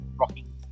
rocking